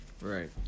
Right